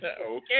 Okay